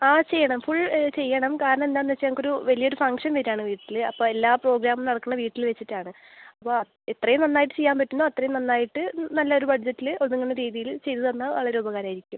ആ ചെയ്യണം ഫുൾ ചെയ്യണം കാരണം എന്താന്ന് വെച്ചാൽ എനിക്കൊരു വെല്യൊരു ഫംഗ്ഷൻ വരാണ് വീട്ടിൽ അപ്പോൾ എല്ലാ പ്രോഗ്രാമും നടക്കണത് വീട്ടിൽ വെച്ചിട്ടാണ് അത് എത്രയും നന്നായിട്ട് ചെയ്യാൻ പറ്റുന്നോ അത്രയും നന്നായിട്ട് നല്ലൊരു ബഡ്ജറ്റിൽ ഒതുങ്ങുന്ന രീതിയിൽ ചെയ്ത് തന്നാൽ വളരെ ഉപകാരം ആയിരിക്കും